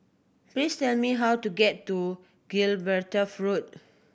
please tell me how to get to Gibraltar Road